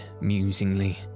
musingly